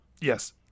Yes